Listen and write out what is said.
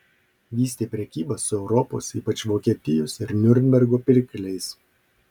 vystė prekybą su europos ypač vokietijos ir niurnbergo pirkliais